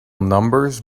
numbers